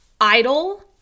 idle